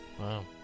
Wow